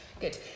good